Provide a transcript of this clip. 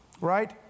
right